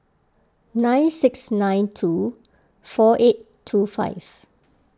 nine six nine two four eight two five